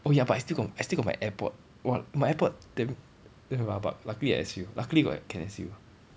oh ya but I still got I still got my airport !wah! my airport damn damn rabak luckily I S_U luckily got can S_U